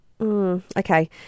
Okay